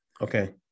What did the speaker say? okay